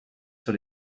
sur